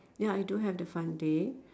ya I do have the fun day